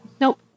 Nope